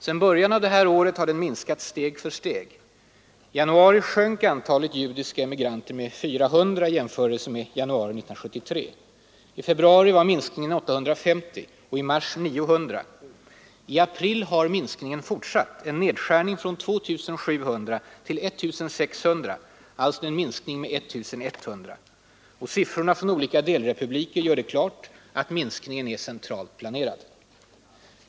Sedan början av det här året har den minskat steg för steg. I januari sjönk antalet judiska emigranter med 400 i jämförelse med januari 1973. I februari var minskningen 850 och i mars 900. I april har minskningen fortsatt: en nedskärning från 2 700 till 1 600, alltså en minskning med 1 100. Siffrorna från olika delrepubliker gör det klart att minskningen är centralt planerad.